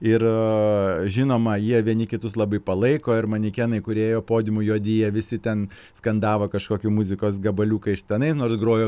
ir žinoma jie vieni kitus labai palaiko ir manikenai kūrėjo podimu juodi jie visi ten skandavo kažkokį muzikos gabaliuką iš tenai nors grojo